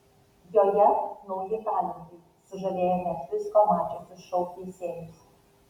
joje nauji talentai sužavėję net visko mačiusius šou teisėjus